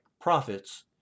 profits